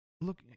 Look